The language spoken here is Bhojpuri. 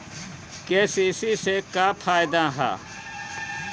के.सी.सी से का फायदा ह?